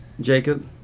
Jacob